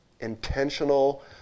intentional